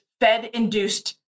Fed-induced